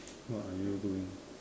what are you doing